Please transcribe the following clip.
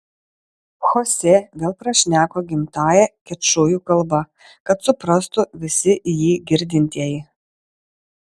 chosė vėl prašneko gimtąja kečujų kalba kad suprastų visi jį girdintieji